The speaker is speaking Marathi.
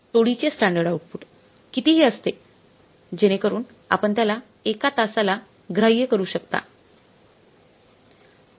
टोळीचे स्टँडर्ड आउटपुट कितीही असते जेणेकरून आपण त्याला एका तासाला गार्हाय करू शकता